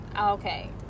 Okay